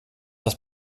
das